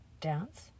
dance